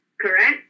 Correct